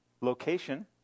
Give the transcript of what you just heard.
Location